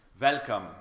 Welcome